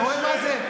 אתה רואה מה זה?